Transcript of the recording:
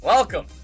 Welcome